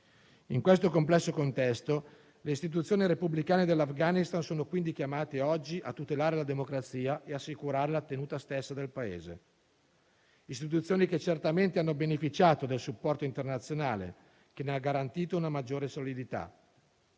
In questo complesso contesto le istituzioni repubblicane dell'Afghanistan sono chiamate oggi a tutelare la democrazia e assicurare la tenuta stessa del Paese; le istituzioni che certamente hanno beneficiato del supporto internazionale, che ne ha garantito una maggiore solidità.